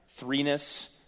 threeness